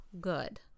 good